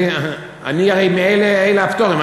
אני הרי מאלה הפטורים.